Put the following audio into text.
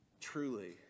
truly